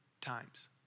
times